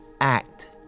act